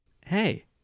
Hey